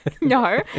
No